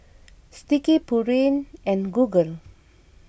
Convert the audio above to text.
Sticky Pureen and Google